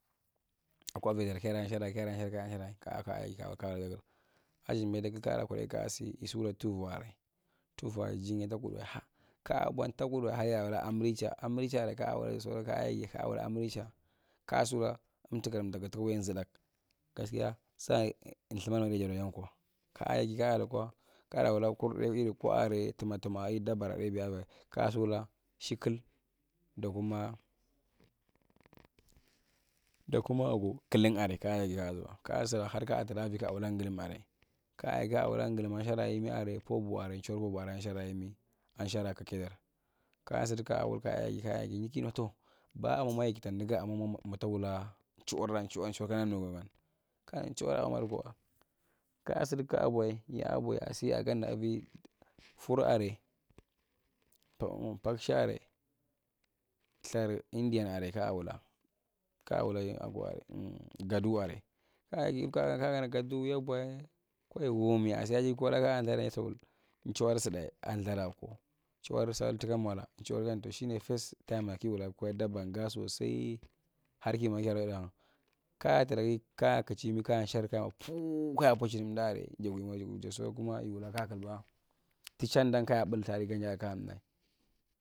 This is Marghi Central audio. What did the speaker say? Akwa viadar kayera shara kayaran sharae kayeran sharae kaaka kaa yegi kaara wuyadar ajizimbia dar kaa laa kwudai kaasi yisuwala tuv’vwa area tuvvwa area jinggae takudwae ha takudwan har yiwula amirincha amirincha kaa wula da sauran kaa yegi kaa wula amirin cha kaa suwula emtukar ndaku tuka wuyan zudtdak gaskia saan lthuman ma itajaduwae yenkwa kaa yegi kaa lukwa kaa la wula kur ne kaana kwa area tumma tumma nai biya dabbara aivae kaa su wula shikkil dakuma dakuma ago killing area kaa yegi kaa zuba kaa tra vi kaa wula gulum’arae kaa yegi kaa wula gulum anshara yimi area pobu area chiwur pabu area shara yemi ansharaa katedar kaa sudi kaa wul kaa yegi kaa yegi ni kina tow baa ana mwa yegi tandungaa ama mwatawula chiwur’ra shuwan shuwan kayara nu wagan kai chuwar na bwamadiko kaa sudi kaabwae yabwae yasi yaganda evi fur area cow mpacshi area lthar indian area, kaa wula kaa wula gadu area kaa yi kaana gaduyi wae kwavima yani aji kwana kaawula chiwur tsuai anthadaa koo chiwor saltuka mola chiwur gaa shinai fast tayim ra gowula dabba gaa sosai har kibu wana kaana kaatra gi kaa kichi yemi kaya sher kayamwa puuu kaa kuchim daale jawi modugu jasu kuma yi wuli kuma yiwula kaya kilbatichandan kaya mbal thari ganyae area kaa’nyae.